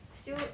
still